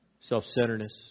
self-centeredness